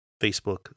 Facebook